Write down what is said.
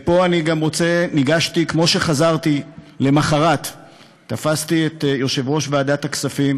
כמו שחזרתי למחרת תפסתי את יושב-ראש ועדת הכספים,